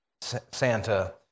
Santa